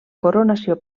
coronació